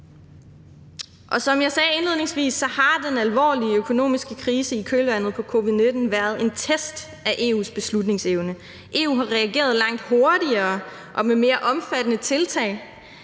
Som jeg sagde indledningsvis, har den alvorlige økonomiske krise i kølvandet på covid-19 været en test af EU’s beslutningsevne. EU har reageret langt hurtigere og med mere omfattende tiltag